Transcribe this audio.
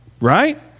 right